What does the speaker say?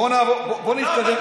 בוא נתקדם.